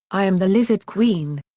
i am the lizard queen!